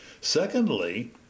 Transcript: secondly